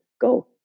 go